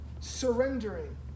surrendering